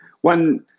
one